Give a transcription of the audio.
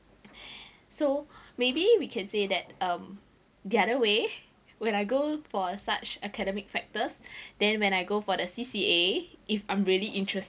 so maybe we can say that um the other way when I go for such academic factors then when I go for the C_C_A if I'm really interested